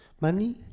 money